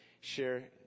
share